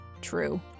True